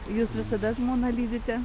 jūs visada žmoną lydite